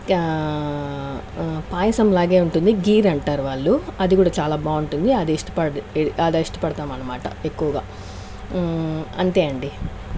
పాయసం లాగే ఉంటుంది గీర్ అంటారు వాళ్ళు అది కూడా చాలా బాగుంటుంది అది ఇష్ట అది ఇష్టపడతాం అనమాట ఎక్కువగా అంతే అండి